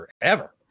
forever